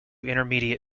intermediate